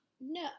No